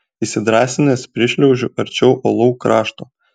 įsidrąsinęs prišliaužiu arčiau uolų krašto